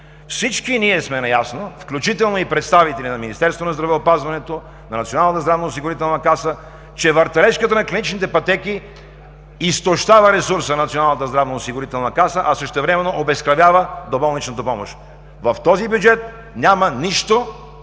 Всички ние сме наясно, включително и представителите на Министерството на здравеопазването, на Националната здравноосигурителна каса, че въртележката на клиничните пътеки изтощава ресурса на Националната здравноосигурителна каса, а същевременно обезкръвява доболничната помощ. В бюджета няма нищо